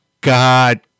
God